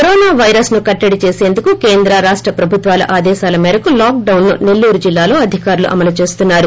corona వైరస్ను కట్టడి చేసేందుకు కేంద్ర రాష్ట ప్రభుత్వాల ఆదేశాల మేరకు లాక్డౌన్ను సెల్లూరు జిల్లాలో అధికారులు అమలు చేస్తున్నారు